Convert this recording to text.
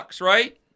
right